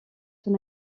son